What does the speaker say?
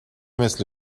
مثل